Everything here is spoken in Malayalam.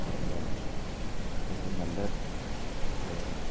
കാര്യങ്ങൾ എങ്ങനെയാണ് അത്യാവശ്യം നല്ല ഡ്രൈവർ ആണോ